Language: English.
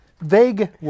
vague